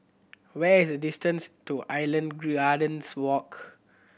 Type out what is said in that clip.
where is the distance to Island Gardens Walk